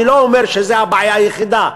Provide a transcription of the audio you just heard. אני לא אומר שזו הבעיה היחידה,